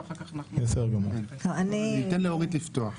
ואחר כך אנחנו --- אני אתן לאורית לפתוח.